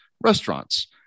restaurants